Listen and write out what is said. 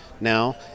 now